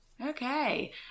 Okay